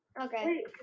okay